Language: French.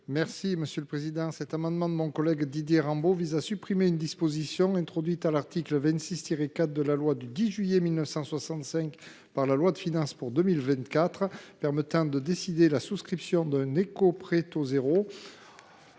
Bernard Buis. Cet amendement de mon collègue Didier Rambaud vise à supprimer une disposition introduite à l’article 26 4 de la loi du 10 juillet 1965 par la loi de finances pour 2024 permettant la souscription d’un éco PTZ au nom